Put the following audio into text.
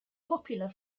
popular